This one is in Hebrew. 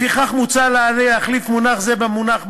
לפיכך מוצע להחליף מונח זה במונח "מעסיק",